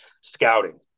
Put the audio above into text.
Scouting